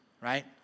right